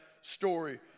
story